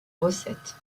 recettes